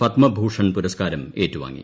പദ്മഭൂഷൻ പുര്സ്കാരം ഏറ്റുവാങ്ങി